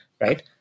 right